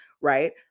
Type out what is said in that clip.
right